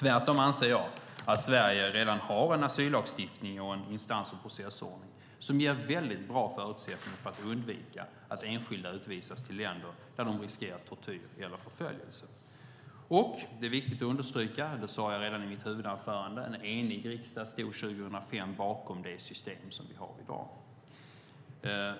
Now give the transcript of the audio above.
Tvärtom anser jag att Sverige redan har en asyllagstiftning och en instans och processordning som ger väldigt bra förutsättningar för att undvika att enskilda utvisas till länder där de riskerar tortyr eller förföljelse. Det är också viktigt att understryka - det sade jag redan i mitt huvudanförande - att en enig riksdag 2005 stod bakom det system vi har i dag.